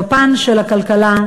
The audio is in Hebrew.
בפן של הכלכלה,